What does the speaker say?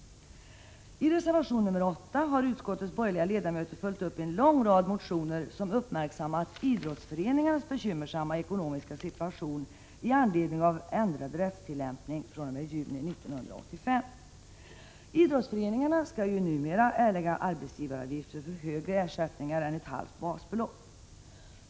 I reservation nr 8 har utskottets borgerliga ledamöter följt upp en lång rad motioner, som har uppmärksammat idrottsföreningarnas bekymmersamma ekonomiska situation i anledning av ändrad rättstillämpning fr.o.m. juni 1985. Idrottsföreningarna skall ju numera erlägga arbetsgivaravgifter för högre ersättningar än ett halvt basbelopp.